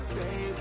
Stay